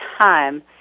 time